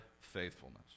faithfulness